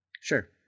Sure